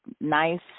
nice